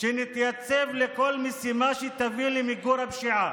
שנתייצב לכל משימה שתביא למיגור הפשיעה,